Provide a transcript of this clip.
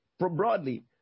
Broadly